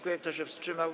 Kto się wstrzymał?